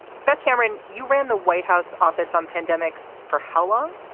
beth cameron, you ran the white house office on pandemics. for how long?